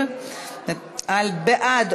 בעד,